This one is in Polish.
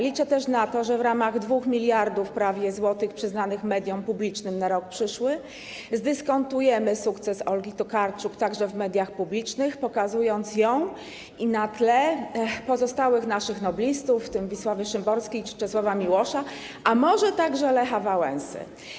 Liczę też na to, że w ramach prawie 2 mld zł przyznanych mediom publicznym na rok przyszły zdyskontujemy sukces Olgi Tokarczuk także w mediach publicznych, pokazując ją i na tle pozostałych naszych noblistów, w tym Wisławy Szymborskiej czy Czesława Miłosza, i może także Lecha Wałęsy.